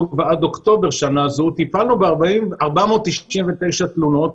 ועד אוקטובר שנה זו טיפלנו ב-499 תלונות,